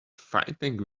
fighting